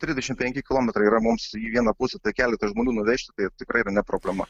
trisdešimt penki kilometrai yra mums į vieną pusę tai keletas žmonių nuvežti tai tikrai ne problema